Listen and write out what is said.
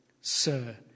Sir